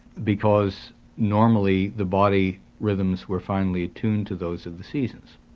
because normally the body rhythms were finely tuned to those of the seasons.